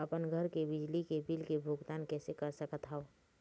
अपन घर के बिजली के बिल के भुगतान कैसे कर सकत हव?